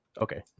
okay